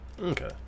Okay